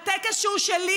הטקס שהוא שלי,